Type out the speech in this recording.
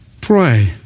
pray